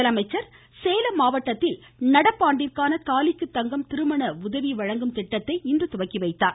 முதலமைச்சர் சேலம் முதலமைச்சர் நடப்பாண்டிற்கான தாலிக்கு தங்கம் திருமண உதவி வழங்கும் திட்டத்தை இன்று துவக்கிவைத்தார்